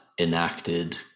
enacted